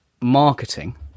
marketing